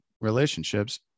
relationships